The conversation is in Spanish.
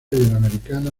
iberoamericana